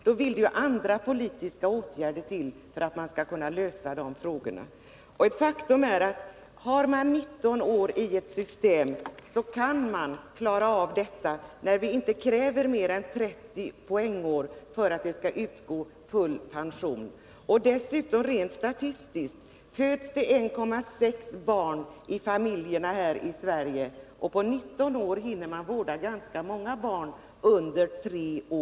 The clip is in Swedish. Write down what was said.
Det vill till andra politiska åtgärder för att man skall kunna lösa dessa frågor. Faktum är att den regel om vård av barn i 19 år som finns i systemet gör det möjligt att klara av att tjäna in full ATP, eftersom vi inte kräver mer än 30 poängår för att det skall utgå full pension. Rent statistiskt föds det dessutom bara 1,6 barn i familjerna här i Sverige. På 19 år hinner man vårda ganska många barn under 3 år.